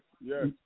yes